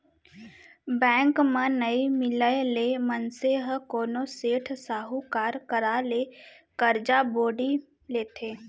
bank म नइ मिलय ले मनसे ह कोनो सेठ, साहूकार करा ले करजा बोड़ी लेथे